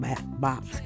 box